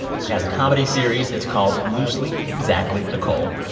she has a comedy series. it's called loosely exactly nicole.